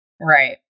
Right